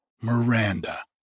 Miranda